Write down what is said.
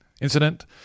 incident